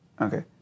Okay